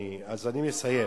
אז אני מסיים.